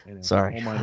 Sorry